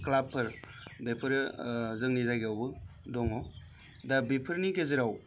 क्लाबफोर बेफोरो जोंनि जायगायावबो दङ दा बेफोरनि गेजेराव